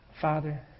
Father